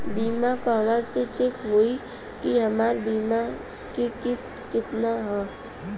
बीमा कहवा से चेक होयी की हमार बीमा के किस्त केतना ह?